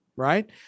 right